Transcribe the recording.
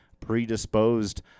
predisposed